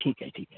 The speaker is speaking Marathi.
ठीक आहे ठीक आहे